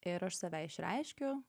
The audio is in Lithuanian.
ir aš save išreiškiu